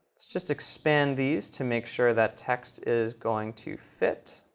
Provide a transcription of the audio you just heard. let's just expand these to make sure that text is going to fit.